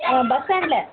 bus ஸ்டாண்ட்டில்